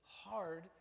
hard